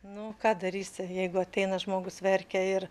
nu ką darysi jeigu ateina žmogus verkia ir